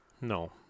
No